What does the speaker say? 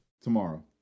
tomorrow